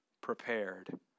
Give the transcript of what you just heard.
prepared